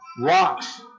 rocks